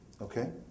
Okay